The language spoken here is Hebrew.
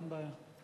אין בעיה.